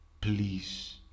Please